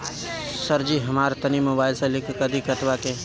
सरजी हमरा तनी मोबाइल से लिंक कदी खतबा के